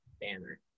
banner